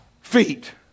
feet